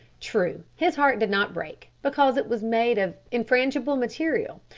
true, his heart did not break, because it was made of infrangible material,